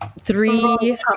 three